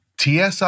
TSI